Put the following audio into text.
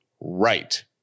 right